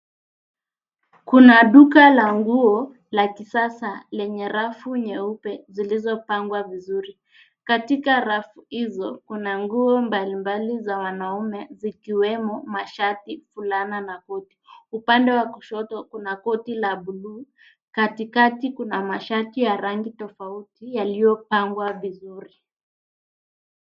Kua duka la nguo la kisasa lenye rafu nyeupe zilizopangwa vizuri. katika rafu izo kuna nguo mbalimbali za wanaume zikiwemo mashati, fulana na koti. upande wa kushoto kuna koti la buluu. Katikati kuna mashati ya rangi tofauti yaliyopangwa vizuri.